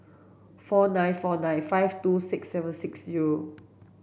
four nine four nine five two six seven six zero